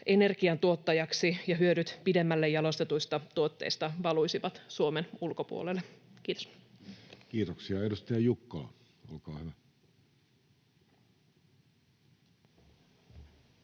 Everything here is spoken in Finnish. energiantuottajaksi, jolloin hyödyt pidemmälle jalostetuista tuotteista valuisivat Suomen ulkopuolelle. — Kiitos. [Speech 106] Speaker: